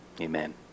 amen